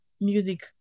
music